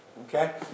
Okay